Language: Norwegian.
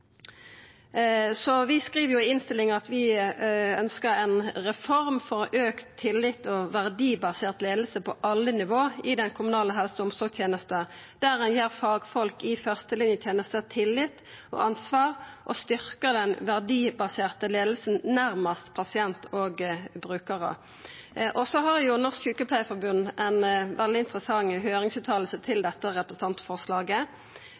i innstillinga at vi ønskjer «en reform for økt tillit og verdibasert ledelse på alle nivåer i den kommunale helse- og omsorgstjenesten, der man gir fagfolk i førstelinjetjenesten tillit og ansvar og styrker den verdibaserte ledelsen nærmest pasienter og brukere». Så har Norsk Sjukepleiarforbund ein veldig interessant høyringsuttale til